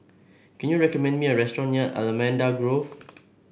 can you recommend me a restaurant near Allamanda Grove